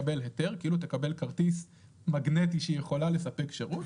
תקבל כרטיס מגנטי שהיא יכולה לספק שירות.